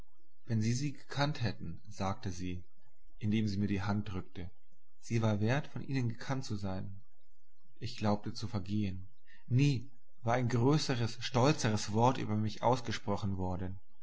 wenn sie sie gekannt hätten sagte sie indem sie mir die hand drückte sie war wert von ihnen gekannt zu sein ich glaubte zu vergehen nie war ein größeres stolzeres wort über mich ausgesprochen worden und